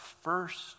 first